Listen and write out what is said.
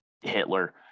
Hitler